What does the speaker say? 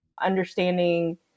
understanding